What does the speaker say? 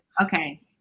Okay